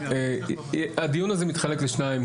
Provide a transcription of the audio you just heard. הדיון הזה מתחלק לשניים,